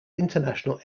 international